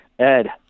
Ed